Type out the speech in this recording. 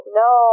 no